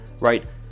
right